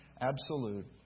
absolute